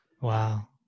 wow